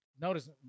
notice